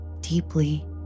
deeply